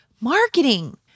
marketing